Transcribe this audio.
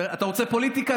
אתה רוצה פוליטיקה?